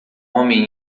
homem